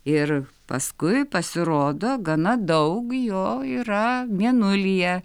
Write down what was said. ir paskui pasirodo gana daug jo yra mėnulyje